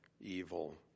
evil